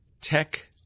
tech